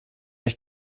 ich